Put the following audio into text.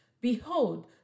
Behold